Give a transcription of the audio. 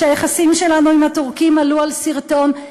כשהיחסים שלנו עם הטורקים עלו על שרטון.